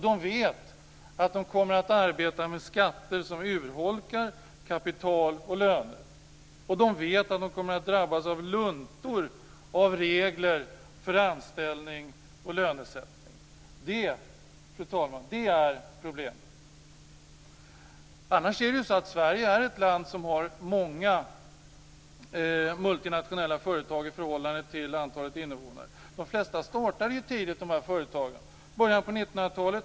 De vet att de kommer att arbeta med skatter som urholkar kapital och löner. De vet att de kommer att drabbas av luntor av regler för anställning och lönesättning. Det, fru talman, är problemet. Annars är det så att Sverige är ett land som har många multinationella företag i förhållande till antalet invånare. De flesta av dessa företag startade tidigt, i början av 1900-talet.